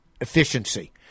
efficiency